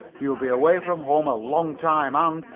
you will be away from home a long time, and,